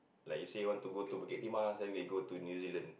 like you say you want to go to Bukit Timah then they go to New Zealand